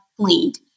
cleaned